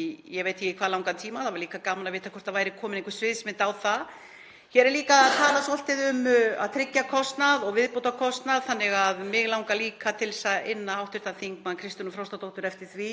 í ég veit ekki hvað langan tíma. Það væri gaman að vita hvort það væri komin einhver sviðsmynd á það. Hér er talað svolítið um að tryggja kostnað og viðbótarkostnað þannig að mig langar líka til að inna hv. þm. Kristrúnu Frostadóttur eftir því